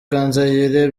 kanzayire